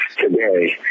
today